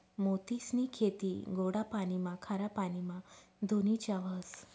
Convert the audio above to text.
मोतीसनी खेती गोडा पाणीमा, खारा पाणीमा धोनीच्या व्हस